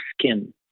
skin